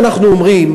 מה שאנחנו אומרים,